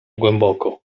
głęboko